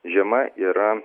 žiema yra